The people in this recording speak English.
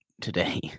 today